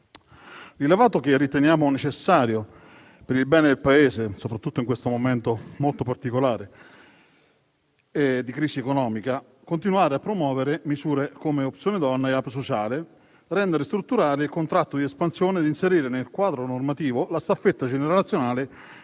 del lavoro. Riteniamo necessario per il bene del Paese, soprattutto in questo momento molto particolare di crisi economica, continuare a promuovere misure come opzione donna e Ape sociale, rendere strutturale il contratto di espansione ed inserire nel quadro normativo la staffetta generazionale